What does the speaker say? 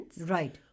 Right